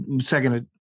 Second